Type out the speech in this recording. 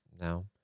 now